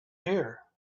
here